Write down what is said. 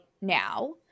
now